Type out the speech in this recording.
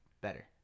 better